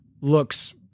looks